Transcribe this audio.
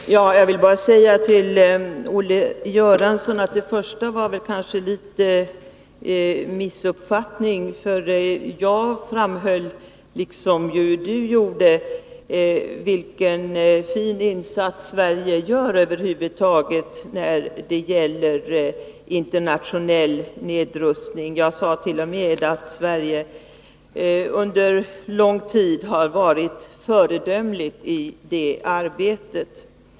Fru talman! Jag vill bara säga till Olle Göransson att den första delen av inlägget väl berodde på en missuppfattning. Jag framhöll, liksom Olle Göransson gjorde, vilken fin insats Sverige gör över huvud taget när det gäller internationell nedrustning. Jag sade t.o.m. att Sverige under lång tid har varit föredömligt i det arbetet.